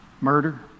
murder